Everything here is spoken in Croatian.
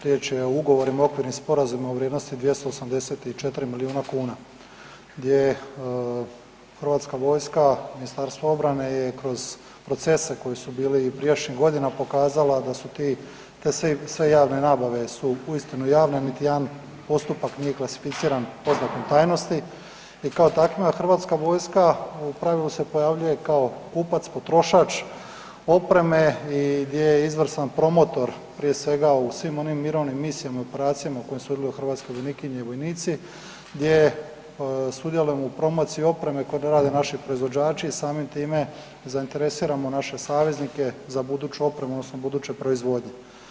Riječ je o ugovorima i okvirnim sporazumima u vrijednosti 284 milijuna kuna gdje Hrvatska vojska, Ministarstvo obrane je kroz procese koji su bili i prijašnjih godina pokazala da su ti, sve javne nabave su istinu javne, niti jedan postupak nije klasificiran oznakom tajnosti i kao takvima Hrvatska vojska u pravilu se pojavljuje kao kupac, potrošač opreme i gdje je izvrstan promotor prije svega u svim onim mirovnim misijama i operacijama u kojima sudjeluju hrvatske vojnikinje i vojnici, gdje sudjelujemo u promociji opreme koju rade naši proizvođači i samim time zainteresiramo naše saveznike za buduću opremu odnosno buduće proizvodnje.